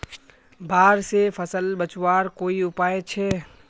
बाढ़ से फसल बचवार कोई उपाय छे?